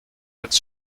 als